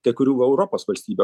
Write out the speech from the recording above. kai kurių europos valstybių